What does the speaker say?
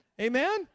Amen